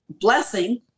blessing